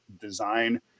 design